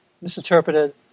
misinterpreted